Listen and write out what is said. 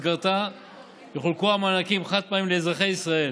ובמסגרתה יחולקו מענקים חד-פעמיים לאזרחי ישראל.